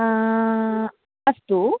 अस्तु